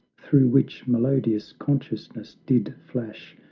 through which melodious consciousness did flash,